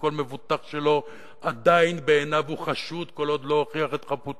וכל מבוטח שלו עדיין הוא חשוד בעיניו כל עוד לא הוכיח את חפותו.